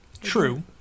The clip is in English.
True